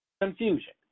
Confusion